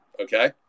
okay